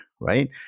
right